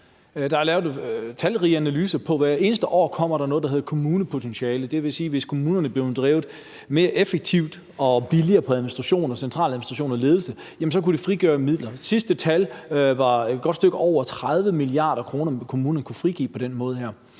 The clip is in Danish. Der er lavet talrige analyser. Hvert eneste år bliver der opgjort noget, der hedder kommunepotentiale. Det vil sige, at hvis kommunerne er blevet drevet mere effektivt og billigere i administration, centraladministration og ledelse, så kunne det frigøre midler. Det sidste tal var et godt stykke over 30 mia. kr., som kommunerne på den måde